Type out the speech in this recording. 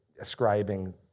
ascribing